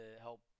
help